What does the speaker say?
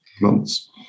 months